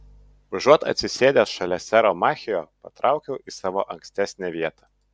užuot atsisėdęs šalia sero machio patraukiau į savo ankstesnę vietą